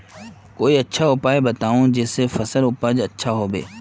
कोई अच्छा उपाय बताऊं जिससे फसल उपज अच्छा होबे